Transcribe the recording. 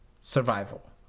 survival